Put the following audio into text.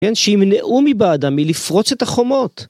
כן? שימנעו מבעדם מלפרוץ את החומות.